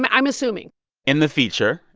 i'm i'm assuming in the feature,